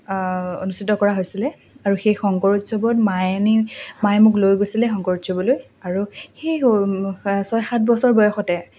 অনুষ্ঠিত কৰা হৈছিলে আৰু সেই শংকৰ উৎসৱত মায়ে আনি মায়ে মোক লৈ গৈছিলে শংকৰ উৎসৱলৈ আৰু সেই ছয় সাত বছৰ বয়সতে